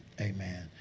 Amen